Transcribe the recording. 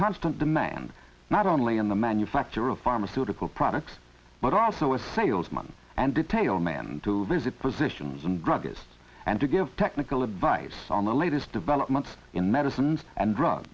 constant demand not only in the manufacture of pharmaceutical products but also a salesman and detail man to visit positions and druggists and to give technical advice on the latest developments in medicines and drug